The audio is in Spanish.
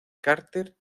carter